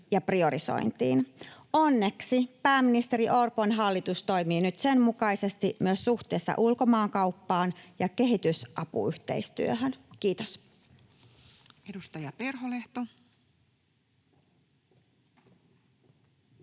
ja priorisointiin. Onneksi pääministeri Orpon hallitus toimii nyt sen mukaisesti, myös suhteessa ulkomaankauppaan ja kehitysyhteistyöhön. — Kiitos.